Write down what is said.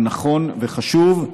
הוא נכון וחשוב,